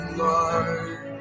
light